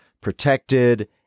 protected